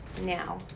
now